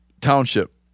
township